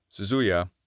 Suzuya